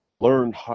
learn